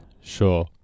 sure